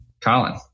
colin